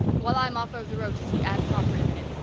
well, i'm off over the road to see ab. crawford a minute.